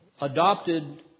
adopted